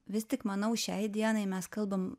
vis tik manau šiai dienai mes kalbam